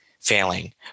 Failing